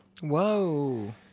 Whoa